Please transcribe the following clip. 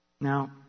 Now